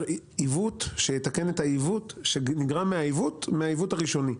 עיוות שיתקן את העיוות שנגרם מהעיוות הראשוני.